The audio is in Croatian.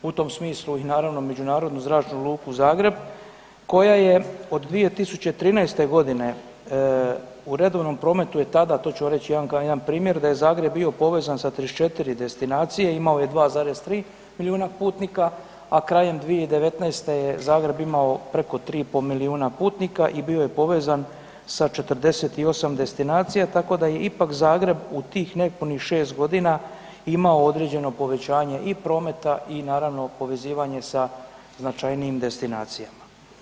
U tom smislu i naravno Međunarodnu zračnu luku Zagreb koja od 2013. godine u redovnom prometu je tada, to ću vam jedan primjer da je Zagreb bio povezan sa 34 destinacije i imao je 2,3 milijuna putnika, a krajem 2019. je Zagreb imao preko 3,5 milijuna putnika i bio je povezan sa 48 destinacija tako da je ipak Zagreb u tih nepunih 6 godina imao određeno povećanje i prometa i naravno povezivanje sa značajnijim destinacijama.